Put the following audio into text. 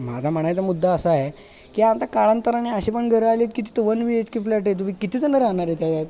माझा म्हणायचा मुद्दा असा आहे की आता कालांतराने अशी पण घर आली कि जिथं one B H K flat आहे तुम्ही किती जण राहणार आए त्यात